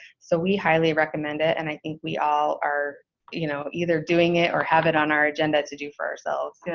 so we highly recommend it, and i think we all are you know, either doing it, or have it on our agenda to do for ourselves. yeah